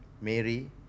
Mary